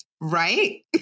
Right